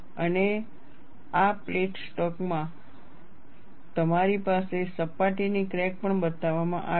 અને આ plate stock માં તમારી પાસે સપાટીની ક્રેક પણ બતાવવામાં આવી છે